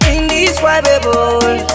Indescribable